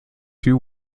two